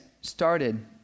started